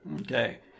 Okay